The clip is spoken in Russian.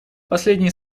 последние